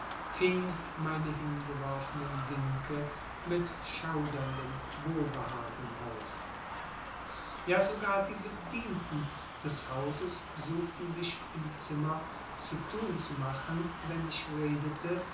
fing meine hingeworfenen winke mit schauderndem wohlbehagen auf ja sogar die bedienten des hauses suchten sich im zimmer zu tun zu machen wenn ich redete